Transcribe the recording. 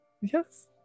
Yes